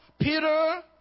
Peter